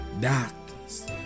Doctors